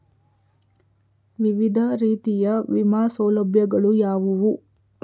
ವಿವಿಧ ರೀತಿಯ ವಿಮಾ ಸೌಲಭ್ಯಗಳು ಯಾವುವು?